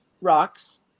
rocks